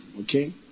Okay